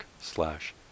slash